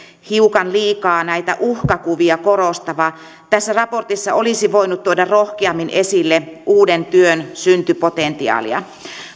hiukan liikaa näitä uhkakuvia korostava tässä raportissa olisi voinut tuoda rohkeammin esille uuden työn syntypotentiaalia